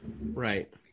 right